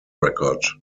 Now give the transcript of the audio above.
record